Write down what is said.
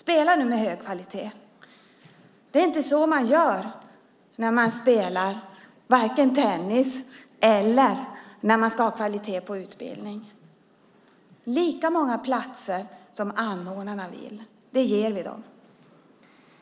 Spela nu med hög kvalitet! Det är inte så man gör när man spelar tennis eller när man ska ha kvalitet på utbildning. Lika många platser som anordnarna vill ha ger vi dem.